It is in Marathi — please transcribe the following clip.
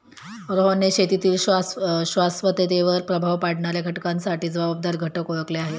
रोहनने शेतीतील शाश्वततेवर प्रभाव पाडणाऱ्या घटकांसाठी जबाबदार घटक ओळखले आहेत